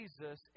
Jesus